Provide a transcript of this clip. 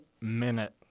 minute